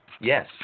Yes